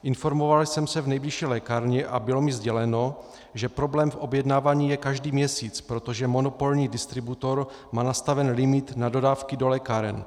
Informoval jsem se v nejbližší lékárně a bylo mi sděleno, že problém v objednávání je každý měsíc, protože monopolní distributor má nastaven limit na dodávky do lékáren.